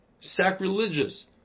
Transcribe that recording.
sacrilegious